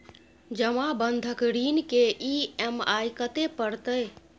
जमा बंधक ऋण के ई.एम.आई कत्ते परतै?